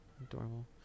Adorable